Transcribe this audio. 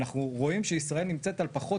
אנחנו רואים שישראל נמצאת על פחות